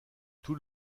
tout